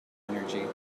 energy